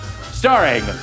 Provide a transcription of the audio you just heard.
starring